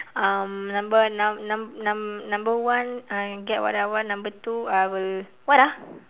um number numb~ numb~ numb~ number one I can get what I want number two I will what ah